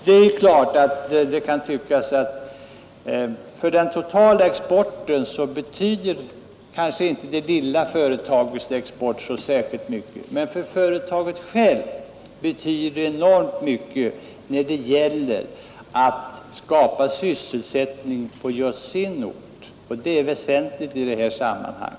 Det kan tyckas att det lilla företagets export inte betyder så särskilt mycket för den totala exporten. Men företaget självt betyder enormt mycket när det gäller att skapa sysselsättning på just sin ort, och det är väsentligt i detta sammanhang.